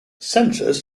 senators